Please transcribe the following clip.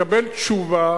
לקבל תשובה